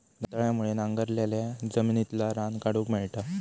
दंताळ्यामुळे नांगरलाल्या जमिनितला रान काढूक मेळता